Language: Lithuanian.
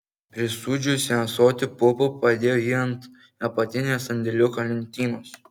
prisūdžiusi ąsotį pupų padėjo jį ant apatinės sandėliuko lentynos